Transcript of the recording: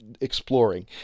exploring